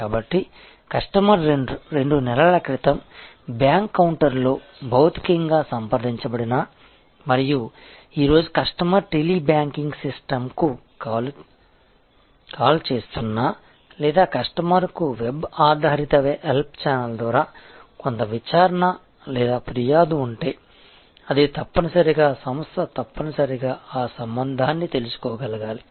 కాబట్టి కస్టమర్ రెండు నెలల క్రితం బ్యాంక్ కౌంటర్లో భౌతికంగా సంప్రదించబడినా మరియు ఈ రోజు కస్టమర్ టెలి బ్యాంకింగ్ సిస్టమ్కు కాల్ చేస్తున్నా లేదా కస్టమర్కు వెబ్ ఆధారిత హెల్ప్ ఛానెల్ ద్వారా కొంత విచారణ లేదా ఫిర్యాదు ఉంటే అది తప్పనిసరిగా సంస్థ తప్పనిసరిగా ఆ సంబంధాన్ని తెలుసుకోగలగాలి